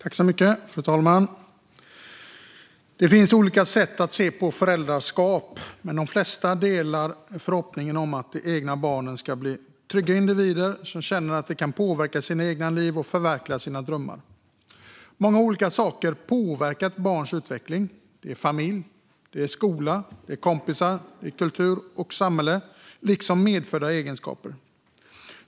Fru talman! Det finns olika sätt att se på föräldraskap, men de flesta delar förhoppningen att de egna barnen ska bli trygga individer som känner att de kan påverka sina egna liv och förverkliga sina drömmar. Många olika saker påverkar ett barns utveckling: familj, skola, kompisar, kultur och samhälle liksom medfödda egenskaper.